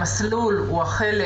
אלמלא אדון